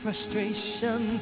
Frustration